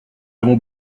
avons